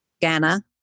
Ghana